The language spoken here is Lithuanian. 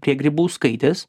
prie grybauskaitės